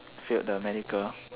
failed the medical